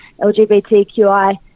LGBTQI